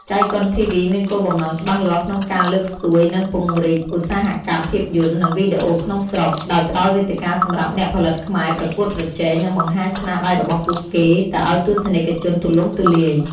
ចៃកុនធីវី មានគោលបំណងច្បាស់លាស់ក្នុងការលើកស្ទួយ និងពង្រីកឧស្សាហកម្មភាពយន្ត និងវីដេអូក្នុងស្រុក ដោយផ្តល់វេទិកាសម្រាប់អ្នកផលិតខ្មែរប្រកួតប្រជែង និងបង្ហាញស្នាដៃរបស់ពួកគេ ទៅឱ្យទស្សនិកជនទូលំទូលាយ។